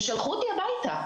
ושלחו אותי הביתה.